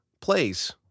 place